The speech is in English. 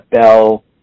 bell